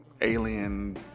alien